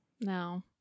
No